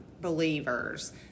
believers